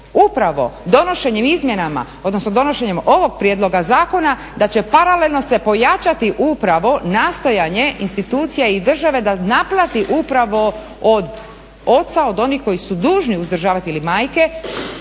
Upravo donošenjem izmjenama, odnosno donošenjem ovog prijedloga zakona da će paralelno se pojačati upravo nastojanje institucija i države da naplati upravo od oca od onih koji su dužni uzdržavati ili majke